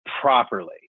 properly